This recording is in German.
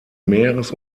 meeres